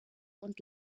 und